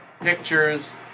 pictures